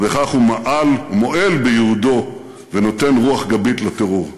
ובכך הוא מעל ומועל בייעודו ונותן רוח גבית לטרור.